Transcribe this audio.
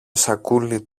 σακούλι